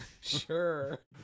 sure